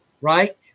right